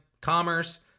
Commerce